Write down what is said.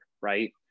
right